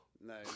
no